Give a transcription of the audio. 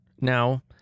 now